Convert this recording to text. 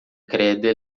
crede